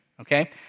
okay